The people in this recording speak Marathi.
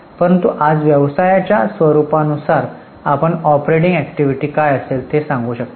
परंतु आज व्यवसायाच्या स्वरूपावरुन आपण ऑपरेटिंग अॅक्टिव्हिटी काय असेल ते सांगू शकता